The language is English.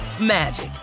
magic